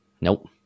Nope